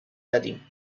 دادیم